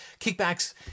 kickbacks